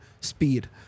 speed